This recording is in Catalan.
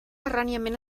erròniament